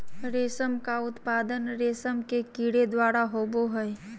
रेशम का उत्पादन रेशम के कीड़े द्वारा होबो हइ